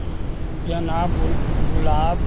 गेना फूल गुलाब